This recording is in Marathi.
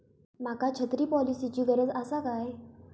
माका छत्री पॉलिसिची गरज आसा काय?